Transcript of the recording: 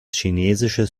chinesisches